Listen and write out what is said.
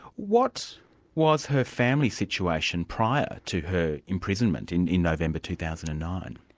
what was her family situation prior to her imprisonment in in november two thousand and nine?